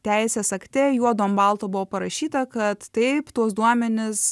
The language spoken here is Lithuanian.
teisės akte juodu ant balto buvo parašyta kad taip tuos duomenis